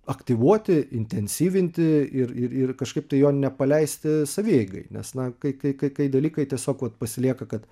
aktyvuoti intensyvinti ir ir ir kažkaip tai jo nepaleisti savieigai nes na kai kai kai dalykai tiesiog vat pasilieka kad